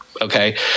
Okay